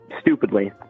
Stupidly